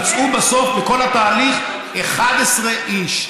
ומצאו בסוף בכל התהליך 11 איש.